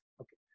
Okay